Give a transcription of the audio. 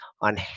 on